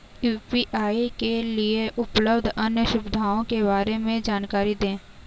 UPI के लिए उपलब्ध अन्य सुविधाओं के बारे में जानकारी दें?